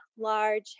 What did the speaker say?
large